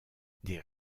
des